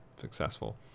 successful